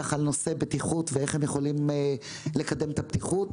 על נושא בטיחות ואיך הן יכולות לקדם את הבטיחות.